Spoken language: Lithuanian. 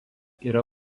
yra